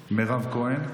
חברת הכנסת מירב כהן.